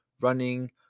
Running